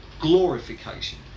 glorification